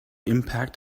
impact